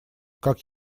как